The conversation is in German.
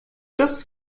das